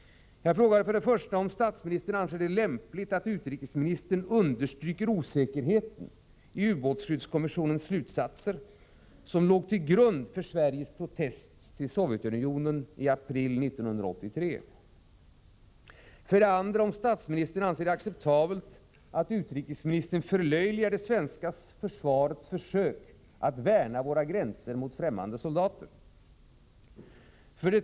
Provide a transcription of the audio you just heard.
1. Anser statsministern det lämpligt att utrikesministern understryker osäkerheten i ubåtsskyddskommissionens slutsatser, som låg till grund för Sveriges protest till Sovjetunionen i april 1983? 2. Anser statsministern det acceptabelt att utrikesministern förlöjligar det svenska försvarets försök att värna våra gränser mot främmande soldater? 3.